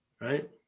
right